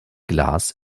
glas